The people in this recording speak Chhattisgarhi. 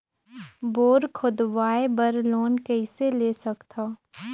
बोर खोदवाय बर लोन कइसे ले सकथव?